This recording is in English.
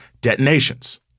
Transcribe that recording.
detonations